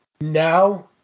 now